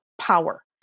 power